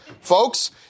Folks